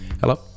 Hello